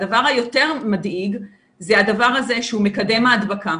הדבר היותר מדאיג זה הדבר הזה שהוא מקדם הדבקה,